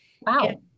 wow